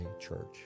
church